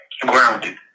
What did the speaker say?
grounded